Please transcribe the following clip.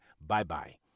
Bye-bye